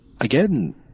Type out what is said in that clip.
again